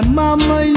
mama